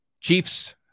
Chiefs